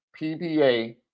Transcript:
PBA